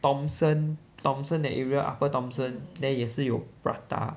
thomson thomson that area upper thomson there 也是有 prata